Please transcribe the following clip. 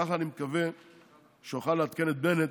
כך אני מקווה שאוכל לעדכן את בנט,